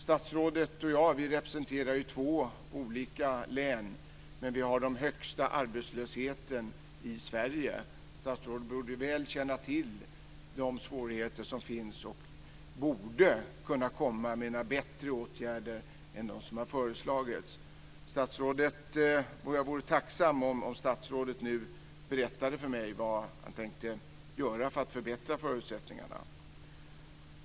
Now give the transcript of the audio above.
Statsrådet och jag representerar ju två olika län, men dessa län har den högsta arbetslösheten i Sverige. Statsrådet borde väl känna till de svårigheter som finns och borde kunna komma med bättre åtgärder än de som har föreslagits. Jag vore tacksam om statsrådet nu berättade för mig vad han tänker göra för att förbättra förutsättningarna.